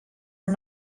are